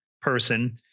person